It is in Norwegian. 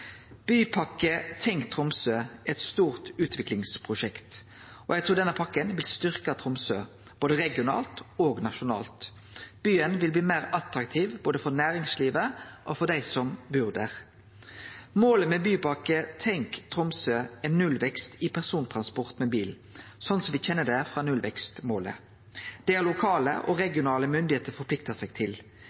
Bypakke Tenk Tromsø er eit stort utviklingsprosjekt, og eg trur denne pakka vil styrkje Tromsø, både regionalt og nasjonalt. Byen vil bli meir attraktiv, både for næringslivet og for dei som bur der. Målet med Bypakke Tenk Tromsø er nullvekst i persontransport med bil, slik me kjenner det frå nullvekstmålet. Det har lokale og regionale myndigheiter forplikta seg til.